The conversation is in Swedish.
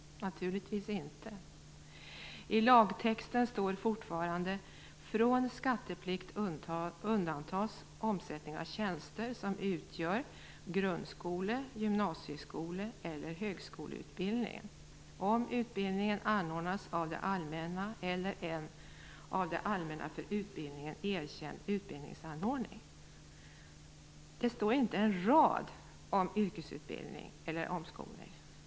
Naturligtvis inte! I lagtexten står fortfarande att från skatteplikt undantas omsättning av tjänster som utgör grundskole-, gymnasieskole eller högskoleutbildning om utbildningen anordnas av det allmänna eller av en av det allmänna för utbildningen erkänd utbildningsanordnare. Det står inte en rad om yrkesutbildning eller omskolning.